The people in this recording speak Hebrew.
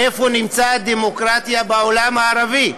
איפה נמצא דמוקרטיה בעולם הערבי?